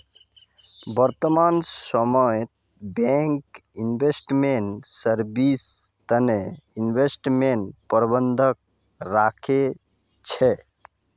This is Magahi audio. वर्तमान समयत बैंक इन्वेस्टमेंट सर्विस तने इन्वेस्टमेंट प्रबंधक राखे छे